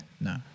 No